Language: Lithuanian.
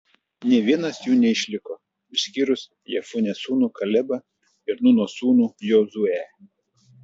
nė vienas jų neišliko išskyrus jefunės sūnų kalebą ir nūno sūnų jozuę